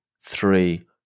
three